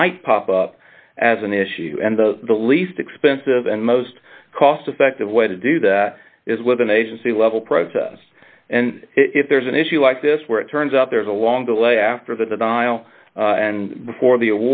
might pop up as an issue and the least expensive and most cost effective way to do that is with an agency level protests and if there's an issue like this where it turns out there's a long delay after the dial and before the